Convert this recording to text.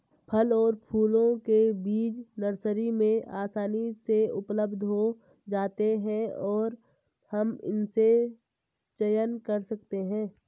फल और फूलों के बीज नर्सरी में आसानी से उपलब्ध हो जाते हैं और हम इनमें से चयन कर सकते हैं